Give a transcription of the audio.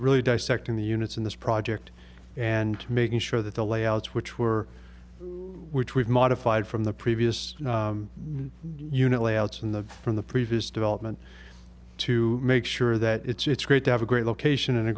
really dissecting the units in this project and making sure that the layouts which were which we've modified from the previous unit layouts in the from the previous development to make sure that it's great to have a great location and a